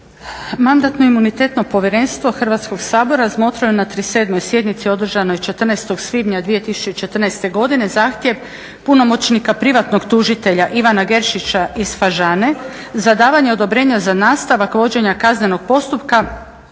Mandatno imunitetno povjerenstvo Hrvatskog sabora razmotrilo je na 37. sjednici održanoj 14. svibnja 2014. godine zahtjev punomoćnika privatnog tužitelja Ivana Geršića iz Fažane za davanje odobrenja za nastavak vođenja kaznenog postupka